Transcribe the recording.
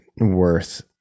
worth